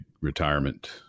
retirement